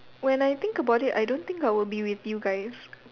when I think about it I don't think I will be with you guys